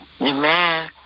Amen